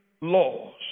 laws